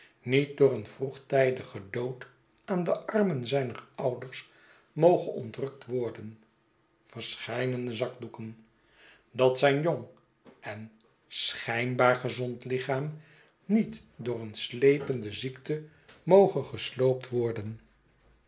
een vroegtijdigen dood aan de armen zjner ouders moge ontrukt worden verscheiden zakdoeken dat zijn jong en schijnbaar gezond lichaam niet door een slepende ziekte moge gesloopt worschetsen